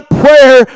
prayer